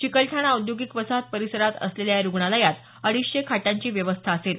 चिकलठाणा औद्योगिक वसाहत परिसरात असलेल्या या रुग्णालयात अडीचशे खाटांची व्यवस्था असेल